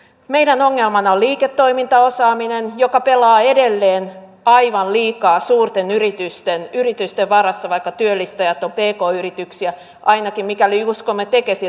meidän ongelmanamme on liiketoimintaosaaminen joka pelaa edelleen aivan liikaa suurten yritysten varassa vaikka työllistäjät ovat pk yrityksiä ainakin mikäli uskomme tekesin raporttia aiheesta